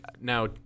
Now